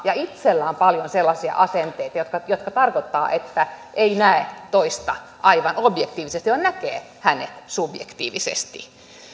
ja itsellä on paljon sellaisia asenteita jotka jotka tarkoittavat että ei näe toista aivan objektiivisesti vaan näkee hänet subjektiivisesti